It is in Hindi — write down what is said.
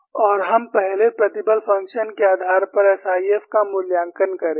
और हम पहले प्रतिबल फ़ंक्शन के आधार पर SIF का मूल्यांकन करेंगे